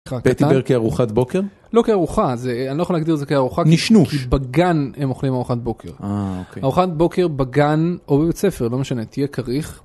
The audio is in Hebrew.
פתיבר כארוחת בוקר? לא כארוחת בוקר זה אני לא יכול להגדיר זה כארוחה, נשנוש, בגן הם אוכלים ארוחת בוקר ארוחת בוקר בגן או בבית ספר לא משנה תהיה כריך.